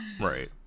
Right